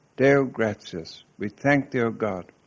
deo gratias, we thank thee o god.